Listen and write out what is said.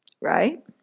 right